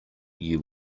you